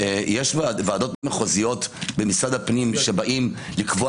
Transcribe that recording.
יש ועדות מחוזיות במשרד הפנים שבאות לקבוע